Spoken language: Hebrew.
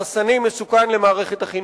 הרסני ומסוכן למערכת החינוך.